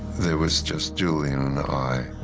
there was just julian and i.